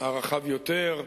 הרחב יותר של הסוגיה,